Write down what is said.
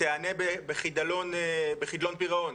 תענה בחדלות פירעון.